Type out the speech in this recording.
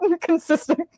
consistent